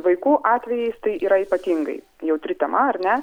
vaikų atvejais tai yra ypatingai jautri tema ar ne